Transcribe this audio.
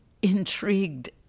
Intrigued